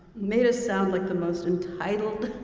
made us sound like the most entitled